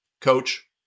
Coach